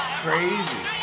crazy